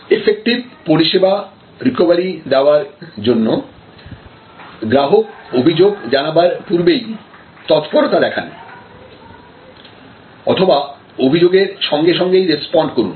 effective পরিষেবা recovery দেওয়ার জন্য গ্রাহক অভিযোগ জানাবার পূর্বেই তৎপরতা দেখান অথবা অভিযোগের সঙ্গে সঙ্গেই রেস্পন্ড করুন